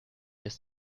ist